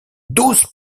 douze